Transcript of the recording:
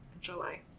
July